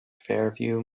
fairview